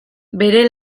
bere